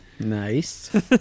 Nice